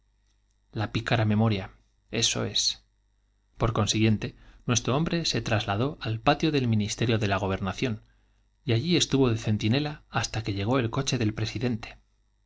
la eso pícara memoria es por consiguiente nuestro hombre se trasladó al del ministerio de la gobernación y allí estuvo patio de centinela hasta que llegó el coche del presidente